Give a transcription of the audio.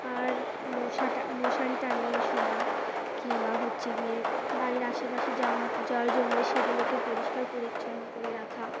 আর মশা টা মশারি টানিয়ে শোয়া কিংবা হচ্ছে গিয়ে বাড়ির আশেপাশে জম জল জমলে সেগুলোকে পরিষ্কার পরিচ্ছন্ন করে রাখা